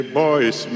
boys